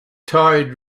tide